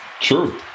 True